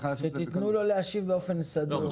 אני מבקש שתתנו לו להשיב באופן מסודר.